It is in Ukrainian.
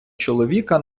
чоловіка